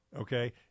okay